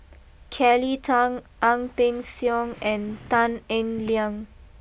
Kelly Tang Ang Peng Siong and Tan Eng Liang